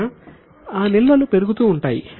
కావున ఆ నిల్వలు పెరుగుతూ ఉంటాయి